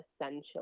essentially